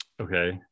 Okay